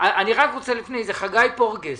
לפני כן, חגי פורגרס,